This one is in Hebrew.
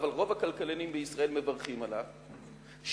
אבל רוב הכלכלנים בישראל מברכים עליו,